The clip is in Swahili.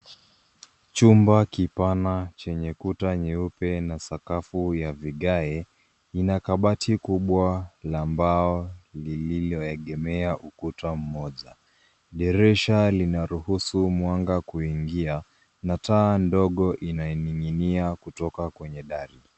Chumba kipana cheneye kuta nyeupe na sakafu ya vigae, ina kabati kubwa la mbao lililoegemea ukuta moja. Dirisha linaruhusu mwanga kuingia na taa ndogo inaining'inia kutoka kwenye dari.